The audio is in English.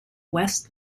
west